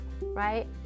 right